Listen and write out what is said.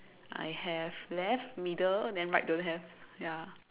I have left middle then right don't have ya